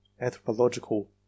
anthropological